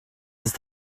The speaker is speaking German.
ist